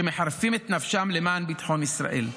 שמחרפים את נפשם למען ביטחון ישראל.